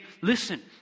listen